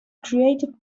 creative